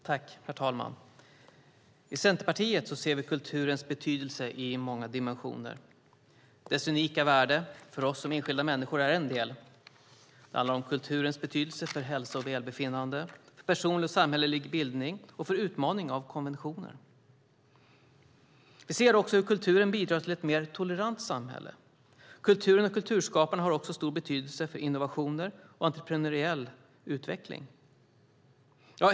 Herr talman! I Centerpartiet ser vi kulturens betydelse i många dimensioner. Dess unika värde för oss som enskilda människor är en del. Det handlar om kulturens betydelse för hälsa och välbefinnande, för personlig och samhällelig bildning och för utmaning av konventioner. Vi ser hur kulturen bidrar till ett mer tolerant samhälle. Kulturen och kulturskaparna har också stor betydelse för innovationer och entreprenöriell utveckling.